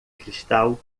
cristal